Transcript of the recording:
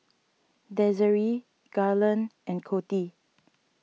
Desiree Garland and Coty